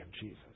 Jesus